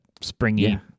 springy